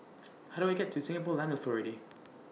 How Do I get to Singapore Land Authority